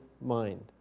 mind